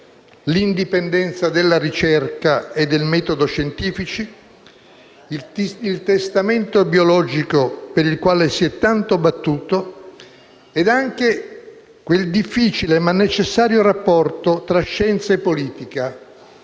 l'indipendenza della ricerca e del metodo scientifici, il testamento biologico per il quale si è tanto battuto ed anche quel difficile ma necessario rapporto tra scienza e politica